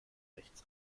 rechts